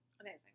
amazing